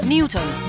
Newton